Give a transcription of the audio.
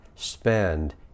spend